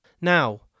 Now